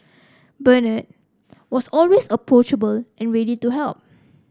Bernard was always approachable and ready to help